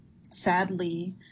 sadly